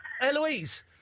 Eloise